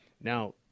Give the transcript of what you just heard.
Now